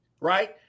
right